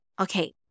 okay